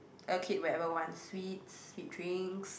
a kid wherever want sweets sweet drinks